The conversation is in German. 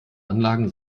anlagen